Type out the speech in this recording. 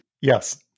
Yes